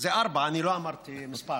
זה ארבע, אני לא אמרתי מספר.